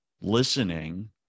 listening